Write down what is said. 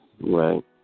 Right